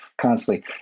constantly